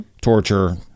torture